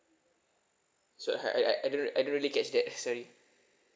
sorry I I I don't really catch that sorry